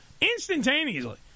instantaneously